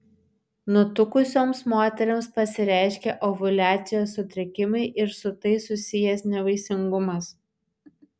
nutukusioms moterims pasireiškia ovuliacijos sutrikimai ir su tai susijęs nevaisingumas